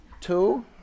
Two